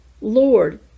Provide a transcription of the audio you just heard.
Lord